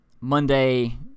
Monday